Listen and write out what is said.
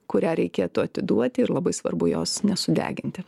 kurią reikėtų atiduoti ir labai svarbu jos nesudeginti